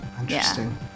Interesting